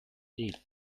need